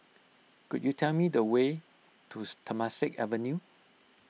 could you tell me the way to Temasek Avenue